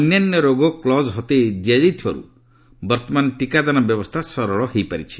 ଅନ୍ୟାନ୍ୟ ରୋଗ କ୍ଲକ୍ ହଟେଇ ଦିଆଯାଇଥିବାରୁ ବର୍ତ୍ତମାନ ଟିକାଦାନ ବ୍ୟବସ୍ଥା ସରଳ ହୋଇପାରିଛି